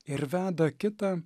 ir veda kitą